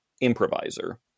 improviser